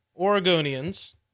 Oregonians